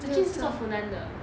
zi jun 是做 funan 的